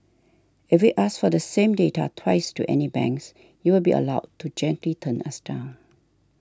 if we ask for the same data twice to any banks you will be allowed to gently turn us down